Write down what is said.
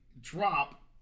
drop